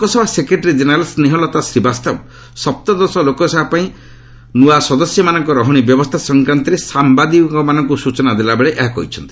Lok Sabha secretary general Snehlata Srivastava ସପ୍ତଦଶ ଲୋକସଭା ପାଇଁ ସଦସ୍ୟମାନଙ୍କ ରହଣୀ ବ୍ୟବସ୍ଥା ସଂକ୍ରାନ୍ତରେ ସାମ୍ଭାଦିକମାନଙ୍କୁ ସୂଚନା ଦେଲାବେଳେ ଏହା କହିଛନ୍ତି